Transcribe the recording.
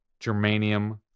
germanium